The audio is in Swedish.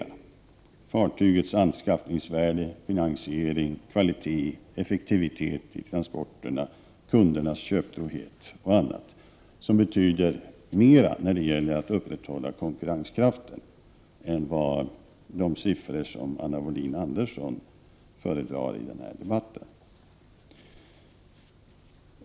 Det är fartygets anskaffningsvärde, finansiering, kvalitet, effektivitet med avseende på transporterna, kundernas köptrohet och annat som betyder mer när det gäller att upprätthålla konkurrenskraften än de siffror som Anna Wohlin-Andersson föredrog i sitt inlägg.